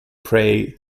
pray